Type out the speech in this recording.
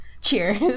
Cheers